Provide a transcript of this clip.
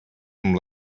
amb